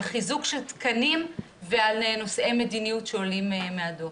על חיזוק של תקנים ועל נושאי מדיניות שעולים מהדו"ח.